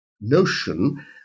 notion